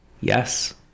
yes